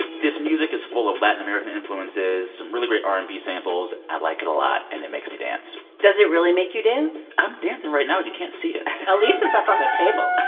this music is full of latin american influences, some really great r and b samples. i like it a lot, and it makes me dance does it really make you dance? i'm dancing right now. you can't see it alix is up on the table